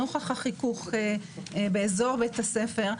נוכח החיכוך באזור בית הספר,